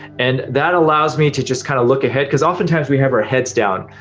and that allows me to just kind of look ahead cause oftentimes we have our heads down,